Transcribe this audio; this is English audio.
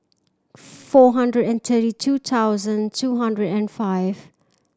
four hundred and twenty two thousand two hundred and five